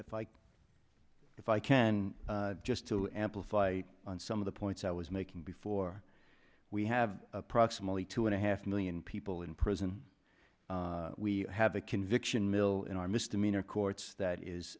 like if i can just to amplify on some of the points i was making before we have approximately two and a half million people in prison we have a conviction mill in our misdemeanor courts that is